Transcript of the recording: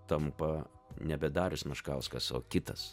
tampa nebe darius meškauskas o kitas